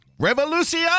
Revolution